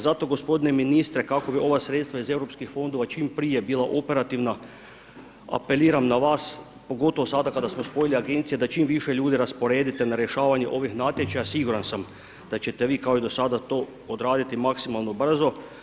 Zato g. ministre, kako bi ova sredstva iz europskih fondova čim prije bila operativna, apeliram na vas, pogotovo sada kada smo spojili agencije, da čim više ljudi raspredite na rješavanje ovih natječaja, siguran sam, da ćete vi kao i do sada to odraditi maksimalno brzo.